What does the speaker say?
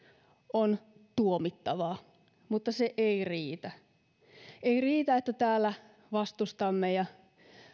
on tuomittavaa mutta se ei riitä ei riitä että täällä vastustamme ja